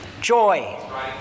Joy